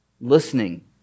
Listening